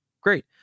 Great